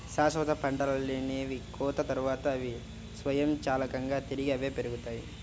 శాశ్వత పంటలనేవి కోత తర్వాత, అవి స్వయంచాలకంగా తిరిగి అవే పెరుగుతాయి